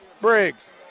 Briggs